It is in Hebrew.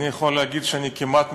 אני יכול להגיד שאני כמעט מתרגש.